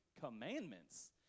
commandments